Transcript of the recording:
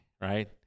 right